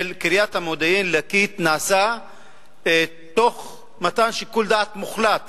קריית המודיעין ליקית נעשה תוך מתן שיקול דעת מוחלט